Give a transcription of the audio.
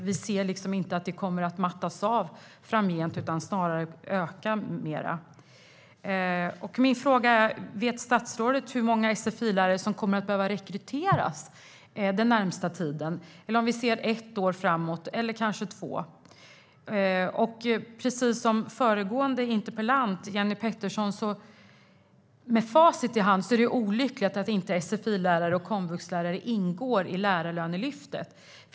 Vi ser inte heller att de kommer att mattas av framgent, utan snarare öka. Min fråga är: Vet statsrådet hur många sfi-lärare som kommer att behöva rekryteras den närmaste tiden om vi ser ett eller kanske två år framåt? Precis som föregående interpellant Jenny Petersson sa är det med facit i hand olyckligt att inte sfi-lärare och komvuxlärare ingår i lärarlönelyftet.